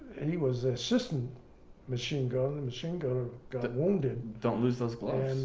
he was assistant machine gunner, the machine gunner got wounded. don't lose those gloves.